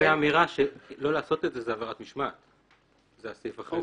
יש להוסיף ולקרוא את הסעיף הבא על פיו